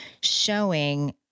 showing